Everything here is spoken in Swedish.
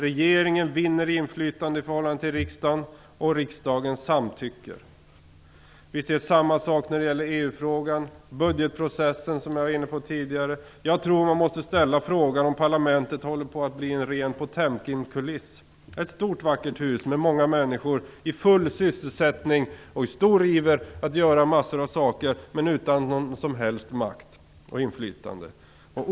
Regeringen vinner inflytande i förhållande till riksdagen, och riksdagen samtycker. Vi ser samma sak när det gäller EU-frågan och budgetprocessen - som jag var inne på tidigare. Jag tror att man måste ställa frågan om parlamentet håller på att bli en ren potemkinkuliss. Det är ett stort vackert hus med många människor i full sysselsättning som med stor iver vill göra massor av saker, men de står utan makt och inflytande.